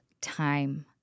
time